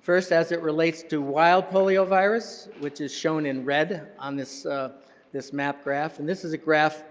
first as it relates to wild poliovirus, which is shown in red on this this map graph. and this is a graph